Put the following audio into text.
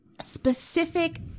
specific